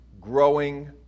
growing